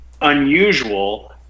unusual